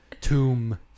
Tomb